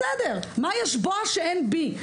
מה יש בה שאין בי,